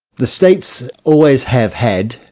the states always have had,